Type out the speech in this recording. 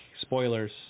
spoilers